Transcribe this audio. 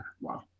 wow